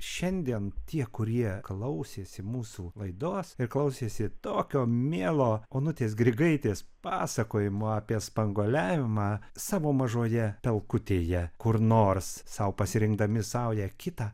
šiandien tie kurie klausėsi mūsų laidos ir klausėsi tokio mielo onutės grigaitės pasakojimo apie spanguoliavimą savo mažoje pelkutėje kur nors sau pasirinkdami saują kitą